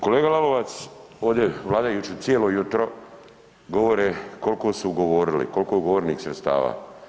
Kolega Lalovac, ovdje vladajući cijelo jutro govore koliko su govorili koliko je ugovorenih sredstava.